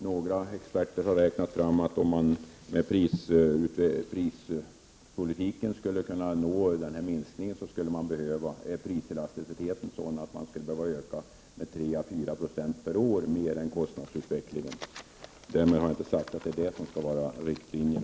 Några experter har räknat fram att om man med prispolitiken skall kunna nå denna minskning är priselasticiteten sådan att man skulle behöva höja priserna med 3 å 4 Zo mer per år än kostnadsutvecklingen. Därmed har jag inte sagt att detta skall vara den exakta riktlinjen.